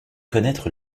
connaître